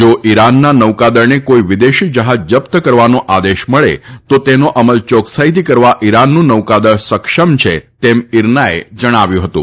જા ઈરાનના નૌકાદળને કોઈ વિદેશી જહાજ જપ્ત કરવાનો આદેશ મળે તો તેનો અમલ ચોક્સાઈથી કરવા ઈરાનનું નૌકાદળ સક્ષમ છે તેમ ઈરાને જણાવ્યું હતું